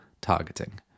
targeting